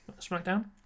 Smackdown